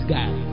God